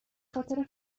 خاطر